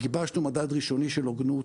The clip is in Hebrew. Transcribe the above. גיבשנו מדד ראשוני של הוגנות,